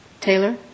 Taylor